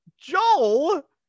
joel